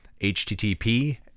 http